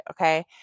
okay